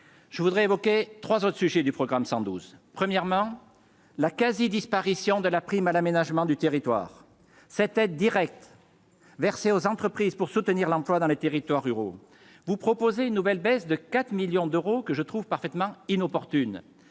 je voudrais évoquer 3 autres sujets du programme 112 premièrement la quasi-disparition de la prime à l'aménagement du territoire, cette aide directe versée aux entreprises pour soutenir l'emploi dans les territoires ruraux, vous proposez une nouvelle baisse de 4 millions d'euros que je trouve parfaitement inopportune,